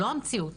לא המציאות.